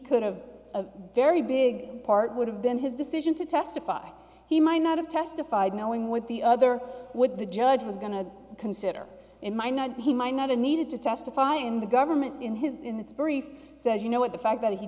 could have a very big part would have been his decision to testify he might not have testified knowing what the other with the judge was going to consider in mind not he might not a needed to testify in the government in his in its brief says you know what the fact that he